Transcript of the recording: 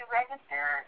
register